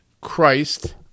Christ